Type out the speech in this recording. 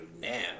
now